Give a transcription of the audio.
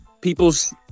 people's